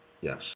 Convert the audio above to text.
Yes